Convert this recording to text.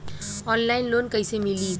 Online loan कइसे मिली?